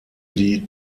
die